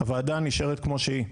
הוועדה נשארת כמו שהיא.